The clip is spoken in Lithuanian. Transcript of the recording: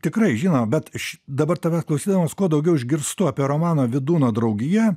tikrai žinoma bet š dabar tavęs klausydamas kuo daugiau išgirstu apie romaną vydūno draugija